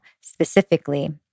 specifically